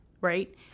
right